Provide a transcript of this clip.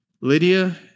Lydia